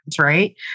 right